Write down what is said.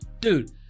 Dude